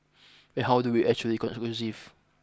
and how do we actually conclusive